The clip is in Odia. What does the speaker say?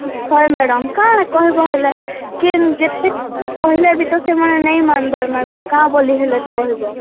ହଏ ମ୍ୟାଡ଼ାମ୍ କାଣା କହିବ ହେଲେ କେନ ଯେତେ କହିଲେ ବି ତ ସେମାନେ ନାଇଁ ମାନ୍ବାର୍ ମ୍ୟାଡ଼ାମ୍ କାଁ ବୋଲି ହେଲେ କହିବ